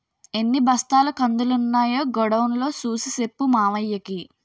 ఎన్ని బస్తాల కందులున్నాయో గొడౌన్ లో సూసి సెప్పు మావయ్యకి